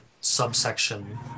subsection